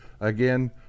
Again